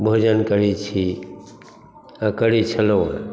भोजन करै छी अऽ करै छलौहँ